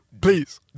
please